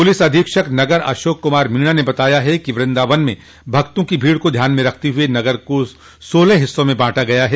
police अधीक्षक नगर अशोक कुमार मीणा ने बताया है कि वृंदावन में भक्तों की भीड़ को ध्यान में रखते हुए नगर को सोलह भागों में बांटा गया है